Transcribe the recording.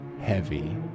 heavy